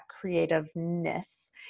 creativeness